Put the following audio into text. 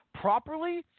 properly